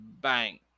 bang